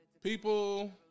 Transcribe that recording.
people